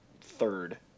third